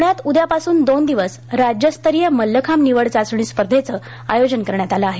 प्ण्यात उद्यापासून दोन दिवस राज्यस्तरीय मल्लखांब निवड चाचणी स्पर्धेंचं आयोजन करण्यात आलं आहे